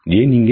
ஏன் இங்கே